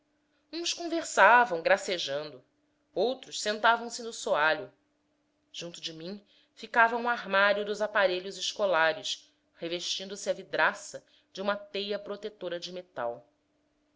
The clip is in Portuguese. uns conversavam gracejando outros sentavam-se no soalho junto de mim ficava um armário dos aparelhos escolares revestindo se a vidraça de uma tela protetora de metal